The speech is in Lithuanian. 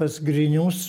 pas grinius